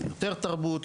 יותר תרבות,